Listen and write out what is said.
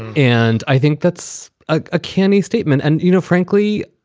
and i think that's a canny statement. and, you know, frankly,